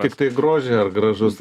tiktai grožį gražus